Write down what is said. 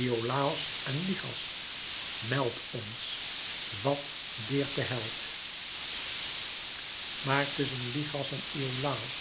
iolàos en lichas meldt ons wat deert den held maar tusschen lichas en iolàos